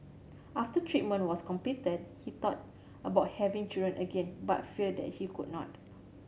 after treatment was completed he thought about having children again but feared that he could not